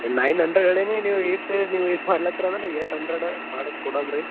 nine hundred ಹೇಳೀನಿ ನೀವು ಏಯ್ಟೇ ನೀವು ಇದು ಮಾಡಹತ್ತೇರಂದ್ರೆ ಏಯ್ಟ್ ಅಂಡ್ರೆಡ್ಡೇ ಮಾಡಿಸ್ಕೊಡಣ ರೀ